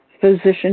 physician